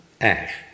ash